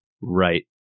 Right